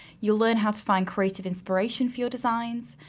you'll learn how to find creative inspiration for your designs,